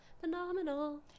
phenomenal